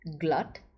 glut